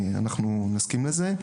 אנחנו נסכים לזה.